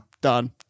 done